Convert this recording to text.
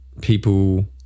people